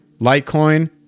litecoin